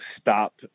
stop